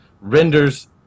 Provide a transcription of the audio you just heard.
renders